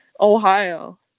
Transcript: Ohio